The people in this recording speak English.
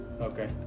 Okay